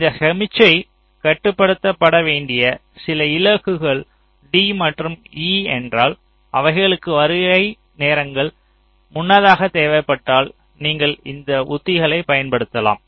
இந்த சமிக்ஞை கடத்தப்பட வேண்டிய சில இலக்குகள் d மற்றும் e என்றால் அவைகளுக்கு வருகை நேரங்கள் முன்னதாக தேவைப்பட்டால் நீங்கள் இந்த உத்திகளை பயன்படுத்தலாம்